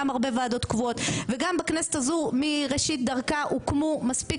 גם הרבה ועדות קבועות וגם בכנסת הזו מראשית דרכה הוקמו מספיק